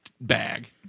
bag